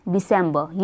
December